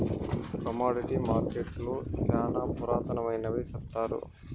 commodity మార్కెట్టులు శ్యానా పురాతనమైనవి సెప్తారు